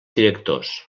directors